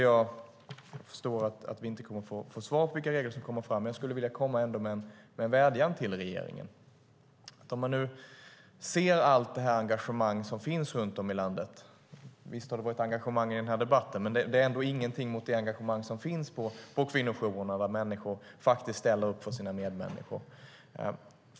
Jag förstår att vi inte kommer att få svar på vilka regler som kommer fram, men jag skulle ändå vilja komma med en vädjan till regeringen. Visst har det varit engagemang i den här debatten, men det är ändå ingenting mot det engagemang som finns på kvinnojourerna runt om i landet där människor faktiskt ställer upp för sina medmänniskor.